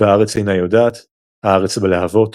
והארץ אינה יודעת הארץ בלהבות